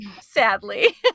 Sadly